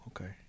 okay